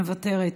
מוותרת,